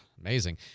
Amazing